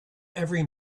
every